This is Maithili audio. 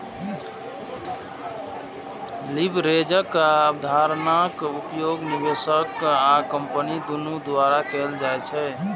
लीवरेजक अवधारणाक उपयोग निवेशक आ कंपनी दुनू द्वारा कैल जाइ छै